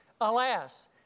Alas